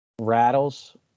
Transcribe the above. rattles